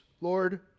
Lord